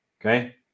Okay